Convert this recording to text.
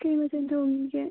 ꯀꯔꯤ ꯃꯊꯦꯜ ꯊꯣꯡꯂꯤꯒꯦ